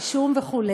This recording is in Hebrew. רישום וכו'